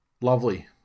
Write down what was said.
Lovely